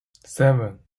seven